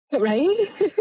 Right